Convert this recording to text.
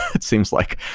it seems like.